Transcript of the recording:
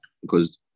because